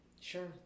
Sure